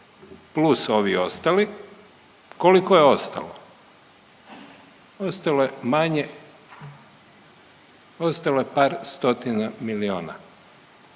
plus ovi ostali, koliko je ostalo? Ostalo je manje, ostalo je par stotina miliona.